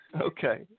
Okay